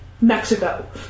Mexico